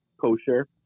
kosher